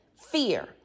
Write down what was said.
fear